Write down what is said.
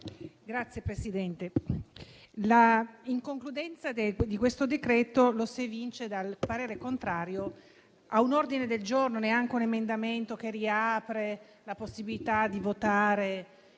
Signora Presidente, l'inconcludenza di questo decreto-legge la si evince dal parere contrario a un ordine del giorno; neanche a un emendamento, che riapre la possibilità di votare